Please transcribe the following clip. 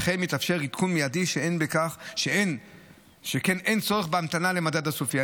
וכן מתאפשר עדכון מיידי שכן אין צורך בהמתנה למדד הסופי.